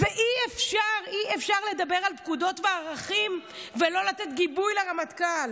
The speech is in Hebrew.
ואי-אפשר לדבר על פקודות וערכים ולא לתת גיבוי לרמטכ"ל.